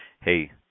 hey